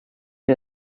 the